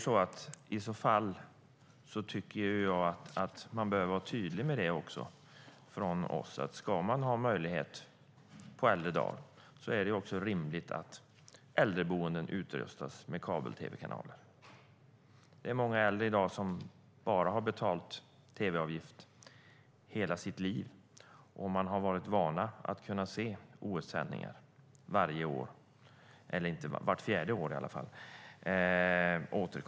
I så fall tycker jag att vi bör vara tydliga med att om man ska ha möjlighet att se OS på äldre dagar är det rimligt att äldreboenden utrustas med kabel-tv-kanaler. Det är många äldre i dag som "bara" har betalat tv-avgift i hela sitt liv och varit vana att kunna se OS-sändningar varje år - eller vart fjärde år i alla fall.